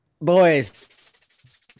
Boys